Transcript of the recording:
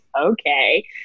okay